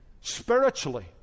spiritually